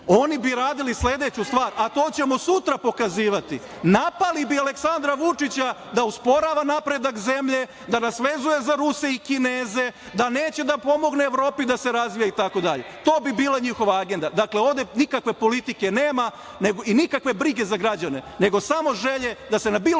oni bi radili sledeću stvar, a to ćemo sutra pokazivati. Napali bi Aleksandra Vučića da osporava napredak zemlje, da nas vezuje za Ruse i Kineze, da neće da pomogne Evropi da se razvija itd. To bi bila njihova agenda. Dakle, ovde nikakve politike nema i nikakve brige za građane, nego samo želje da se na bilo